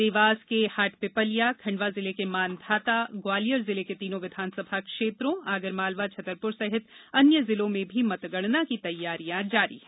देवास के हाटपीपल्या खंडवा जिले के मांधाता ग्वालियर जिले के तीनों विधानसभा क्षेत्रों आगरमालवा छतरपुर सहित अन्य जिलों में भी मतगणना की तैयारियां जारी है